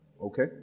Okay